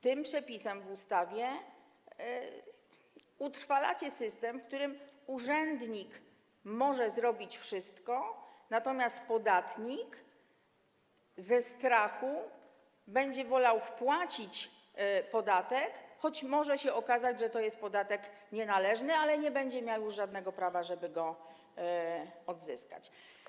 Tym przepisem w ustawie utrwalacie system, w którym urzędnik może zrobić wszystko, natomiast podatnik ze strachu będzie wolał wpłacić podatek, choć może się okazać, że to jest podatek nienależny, i nie będzie miał już żadnego prawa, żeby go odzyskać.